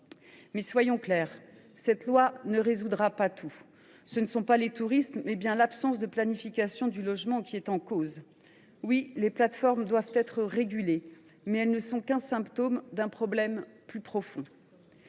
soyons clairs : ce texte ne résoudra pas tout. Ce n’est pas les touristes, mais bien l’absence de planification du logement qui est en cause. Oui, les plateformes doivent être régulées, mais elles ne sont qu’un symptôme d’un problème plus profond.